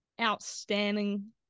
outstanding